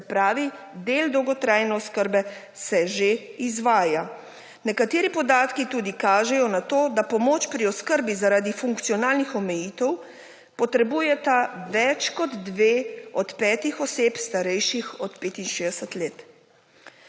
se pravi del dolgotrajne oskrbe se že izvaja. Nekateri podatki tudi kažejo na to, da pomoč pri oskrbi zaradi funkcionalnih omejitev potrebujeta več kot 2 od petih oseb starejših od 65 let.